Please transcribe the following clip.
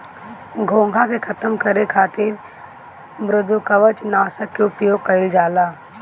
घोंघा के खतम करे खातिर मृदुकवच नाशक के उपयोग कइल जाला